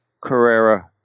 Carrera